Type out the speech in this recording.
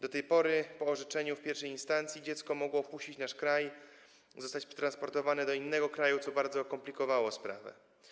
Do tej pory po orzeczeniu wydanym w pierwszej instancji dziecko mogło opuścić nasz kraj, zostać przetransportowane do innego kraju, co bardzo komplikowało sprawę.